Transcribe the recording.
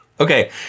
Okay